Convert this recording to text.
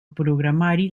programari